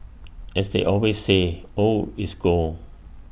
as they always say old is gold